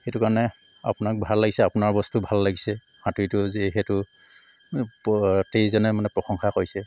সেইটো কাৰণে আপোনাক ভাল লাগিছে আপোনাৰ বস্তু ভাল লাগিছে হাতুৰীটো যিহেতু গোটেইকিজনে প্ৰশংসা কৰিছে